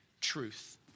truth